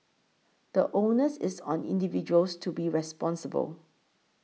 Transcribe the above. the onus is on individuals to be responsible